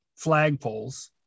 flagpoles